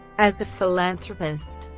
as a philanthropist,